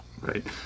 Right